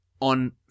On